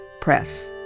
Press